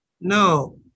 No